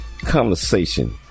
conversation